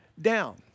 down